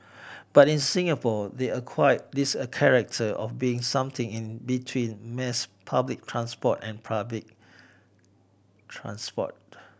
but in Singapore they acquired this a character of being something in between mass public transport and private transport